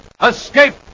Escape